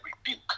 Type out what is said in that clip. rebuke